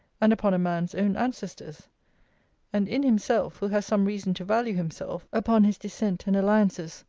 and upon a man's own ancestors and in himself, who has some reason to value himself upon his descent and alliances,